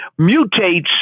mutates